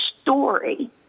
story